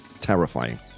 Terrifying